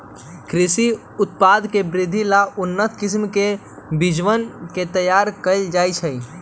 कृषि उत्पाद के वृद्धि ला उन्नत किस्म के बीजवन के तैयार कइल जाहई